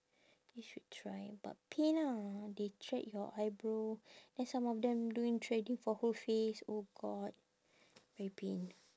you should try but pain ah they thread your eyebrow then some of them doing threading for whole face oh god very pain